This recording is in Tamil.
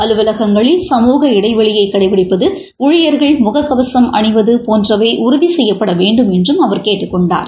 அலுவலகங்களில் சமூக இடைவெளியை கடைபிடிப்பது ஊழியர்கள் முக கவசம் அணிவது போன்றவை உறுதி செய்யப்பட வேண்டும் என்றும் அவர் கேட்டுக் கொண்டார்